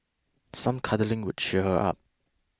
some cuddling could cheer her up